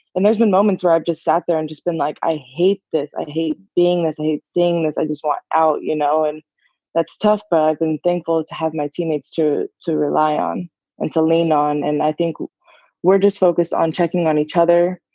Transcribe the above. and there's been moments where where i've just sat there and just been like, i hate this. i hate being this. i hate seeing this. i just want out, you know? and that's tough, but i've been thankful to have my teammates to to rely on and to lean on. and i think we're just focused on checking on each other,